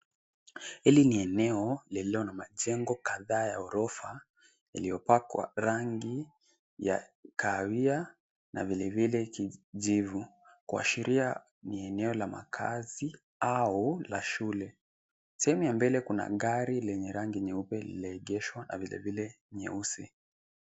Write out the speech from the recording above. Hili ni eneo lililo na majengo kadhaa ya ghorofa iliyopakwa rangi ya kahawia na vile vile kijivu kuashiria ni eneo la makaazi au la shule. Sehemu ya mbele kuna gari lenye rangi nyeupe lililoegeshwa na vile vile nyeusi.